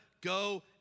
go